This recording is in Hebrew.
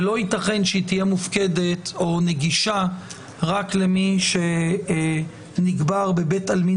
ולא ייתכן שהיא תהיה מופקדת או נגישה רק למי שנקבר בבית עלמין